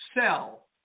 sell